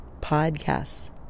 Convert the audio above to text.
podcasts